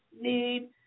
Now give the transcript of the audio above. need